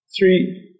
Three